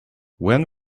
when